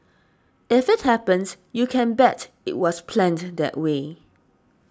if it happens you can bet it was planned that way